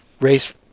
race